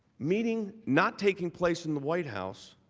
meeting not taking place in the white house,